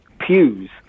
pews